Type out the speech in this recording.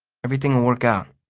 everything'll work out.